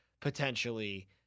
potentially